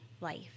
life